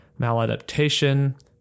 maladaptation